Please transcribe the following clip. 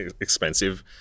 expensive